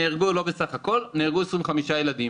נהרגו, לא בסך הכול, 25 ילדים.